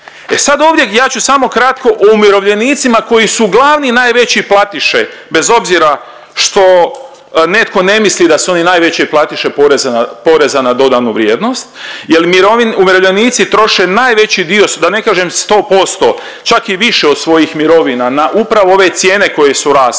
E sad ovdje ja ću samo kratko o umirovljenicima koji su glavni i najveći platiše bez obzira što netko ne misli da su oni najveće platiše poreza, poreza na dodanu vrijednost jel umirovljenici troše najveći dio, da ne kažem 100%, čak i više od svojih mirovina na upravo ove cijene koje su rasle